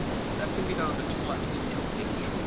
that's gonna be down on the tool axis control page.